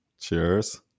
Cheers